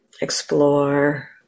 explore